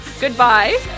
Goodbye